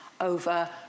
over